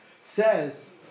says